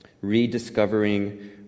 Rediscovering